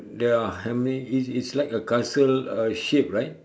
there are how many it's it's like a castle uh shape right